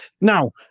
now